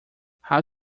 how